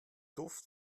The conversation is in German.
duft